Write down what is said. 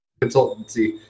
consultancy